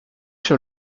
sur